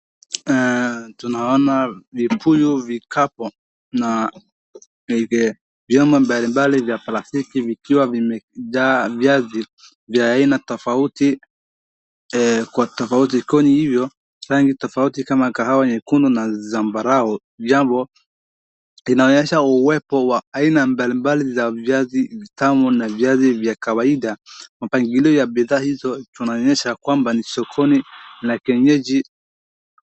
Tunaona vipuyo vikapo na vio mbali mbali vya plastiki vikiwa vimekida vya ayina tafauti kwa tafauti ikoni hivyo. Tafauti kama kahawa ya ikuno na zambarao, viyambo inayasha uwepo wa ayina mbali mbali za viyazi tamu na viyazi vya kawaida. Mpangilo ya bida hizo tunayasha kwa mbani shokoni na kenyeji.